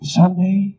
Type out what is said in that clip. Someday